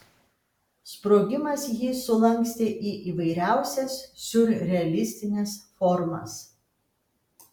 sprogimas jį sulankstė į įvairiausias siurrealistines formas